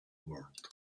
world